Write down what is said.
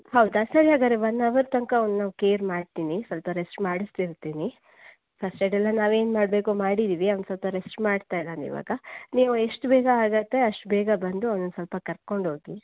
ಹೌದಾ ಸರಿ ಹಾಗಾದ್ರೆ ಒನ್ ಅವರ್ ತನಕ ಅವನ ಕೇರ್ ಮಾಡ್ತೀನಿ ಸ್ವಲ್ಪ ರೆಸ್ಟ್ ಮಾಡಿಸ್ತಿರ್ತೀನಿ ಫಸ್ಟ್ ಏಡ್ ಎಲ್ಲ ನಾವು ಏನು ಮಾಡಬೇಕೋ ಮಾಡಿದ್ದೀವಿ ಅವನು ಸ್ವಲ್ಪ ರೆಸ್ಟ್ ಮಾಡ್ತಾ ಇದ್ದಾನಿವಾಗ ನೀವು ಎಷ್ಟು ಬೇಗ ಆಗತ್ತೆ ಅಷ್ಟು ಬೇಗ ಬಂದು ಅವ್ನನ್ನ ಸ್ವಲ್ಪ ಕರ್ಕೊಂಡು ಹೋಗಿ